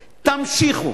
המשיכו,